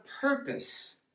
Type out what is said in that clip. purpose